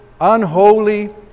unholy